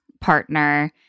partner